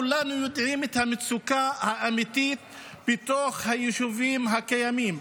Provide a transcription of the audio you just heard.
כולנו יודעים את המצוקה האמיתית בתוך היישובים הקיימים,